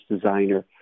designer